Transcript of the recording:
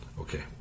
okay